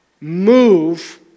move